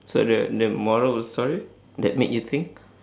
so the the moral of the story that made you think